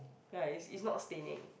ya is is not staining